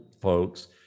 folks